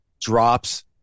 drops